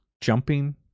jumping